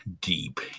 deep